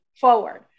forward